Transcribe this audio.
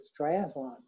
triathlon